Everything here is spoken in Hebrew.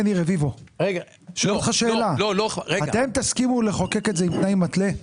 אתם תסכימו לחוקק את זה עם תנאי מתלה?